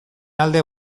alde